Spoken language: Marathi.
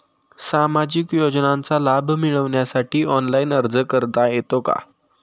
सामाजिक योजनांचा लाभ मिळवण्यासाठी ऑनलाइन अर्ज करता येतो का?